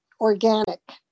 organic